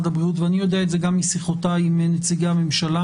ואני יודע את זה גם משיחותיי עם נציגי הממשלה,